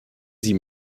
sie